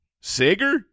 sager